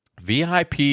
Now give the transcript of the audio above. VIP